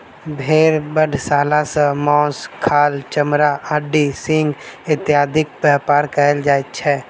भेंड़ बधशाला सॅ मौस, खाल, चमड़ा, हड्डी, सिंग इत्यादिक व्यापार कयल जाइत छै